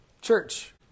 church